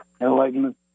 Enlightenment